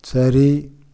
சரி